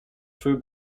feu